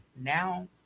Now